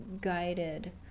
guided